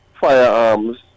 firearms